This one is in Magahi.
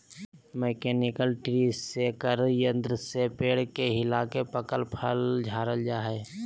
मैकेनिकल ट्री शेकर यंत्र से पेड़ के हिलाके पकल फल झारल जा हय